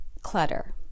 clutter